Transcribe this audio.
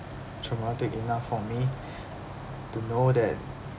traumatic enough for me to know that